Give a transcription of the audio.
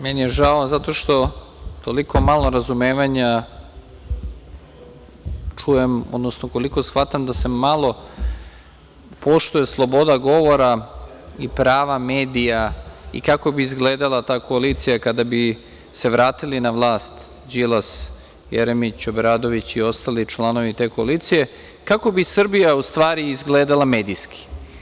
Meni je žao zato što toliko malo razumevanja čujem, odnosno koliko shvatam da se malo poštuje sloboda govora i prava medija i kako bi izgledala ta koalicija kada bi se vratili na vlast Đilas, Jeremić, Obradović i ostali članovi te koalicije, kako bi Srbija u stvari izgledala medijski?